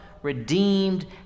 redeemed